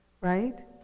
Right